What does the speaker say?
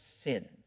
sin